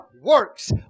works